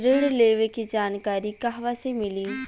ऋण लेवे के जानकारी कहवा से मिली?